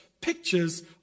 pictures